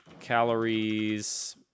calories